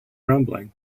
rumbling